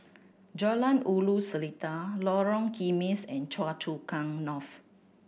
Jalan Ulu Seletar Lorong Kismis and Choa Chu Kang North